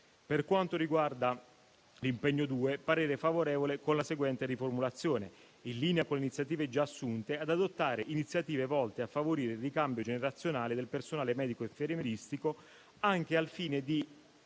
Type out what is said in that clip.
Per quanto riguarda il secondo impegno, il parere è favorevole, con la seguente riformulazione: «in linea con iniziative già assunte, ad adottare iniziative volte a favorire il ricambio generazionale del personale medico e infermieristico, anche al fine di